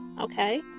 Okay